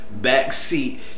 backseat